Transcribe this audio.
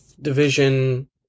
division